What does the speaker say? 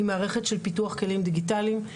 היא מערכת של פיתוח כלים דיגיטליים.